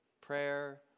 prayer